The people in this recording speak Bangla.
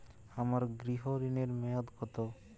আমার গৃহ ঋণের মেয়াদ কত?